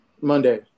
Monday